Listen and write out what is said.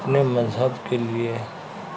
اپنے مذہب کے لیے